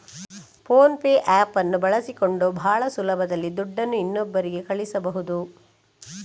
phone pay app ಅನ್ನು ಬಳಸಿಕೊಂಡು ಭಾಳ ಸುಲಭದಲ್ಲಿ ದುಡ್ಡನ್ನು ಇನ್ನೊಬ್ಬರಿಗೆ ಕಳಿಸಬಹುದು